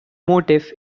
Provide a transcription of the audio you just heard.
motif